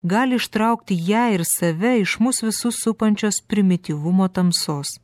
gali ištraukti ją ir save iš mus visus supančios primityvumo tamsos